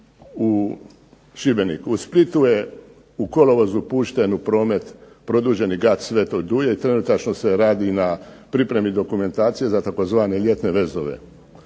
U Splitu je u kolovozu pušten u promet produženi gat Svetog Duje i trenutačno se radi na pripremi dokumentacije za tzv. ljetne vezove.